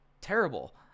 Terrible